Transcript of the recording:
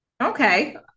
Okay